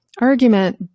argument